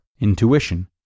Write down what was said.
Intuition